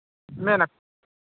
ᱢᱮᱱᱟ